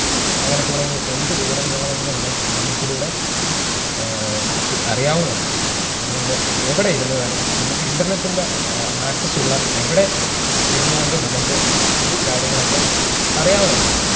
അങ്ങനെ തുടങ്ങി എന്തു വിവരം വേണമെങ്കിലും നമുക്ക് ഇൻ്റർനെറ്റിലൂടെ അറിയാവുന്നതാണ് അതുകൊണ്ട് എവിടെയിരുന്നാലും നമുക്ക് ഇൻ്റർനെറ്റിൻ്റെ ആക്സസുള്ള എവിടെ ഇരുന്നു കൊണ്ടും നമുക്ക് ഈ കാര്യങ്ങളൊക്കെ അറിയാവുന്നതാണ്